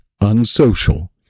unsocial